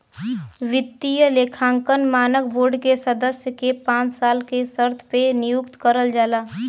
वित्तीय लेखांकन मानक बोर्ड के सदस्य के पांच साल के शर्त पे नियुक्त करल जाला